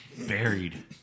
buried